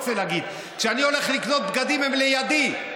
כשאני הולך לקנות בגדים הם לידי.